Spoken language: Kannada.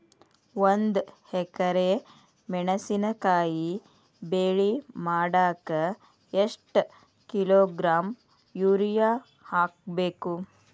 ಒಂದ್ ಎಕರೆ ಮೆಣಸಿನಕಾಯಿ ಬೆಳಿ ಮಾಡಾಕ ಎಷ್ಟ ಕಿಲೋಗ್ರಾಂ ಯೂರಿಯಾ ಹಾಕ್ಬೇಕು?